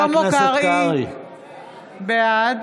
בעד